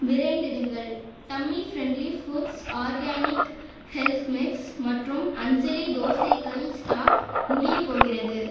விரைந்திடுங்கள் tummy friendly foods organic health mix மற்றும் அஞ்சலி தோசைக்கல் ஸ்டாக் முடியப் போகிறது